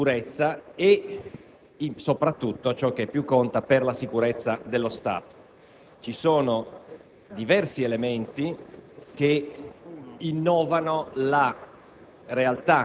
di sicurezza e soprattutto, ciò che più conta, per la sicurezza dello Stato. Ci sono diversi elementi che innovano la